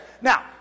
Now